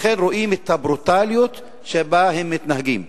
ולכן רואים את הברוטליות שבה הם מתנהגים.